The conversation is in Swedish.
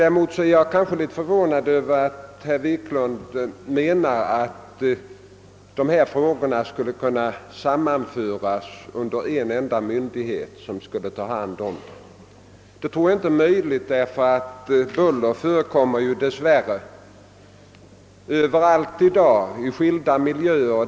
Däremot är jag litet förvånad över att herr Wiklund tycks mena att de olika frågorna skulle kunna sammanföras och handläggas av en enda myndighet. Jag tror inte att en sådan lösning är möjlig. Buller förekommer i dag dessvärre överallt och i skilda miljöer.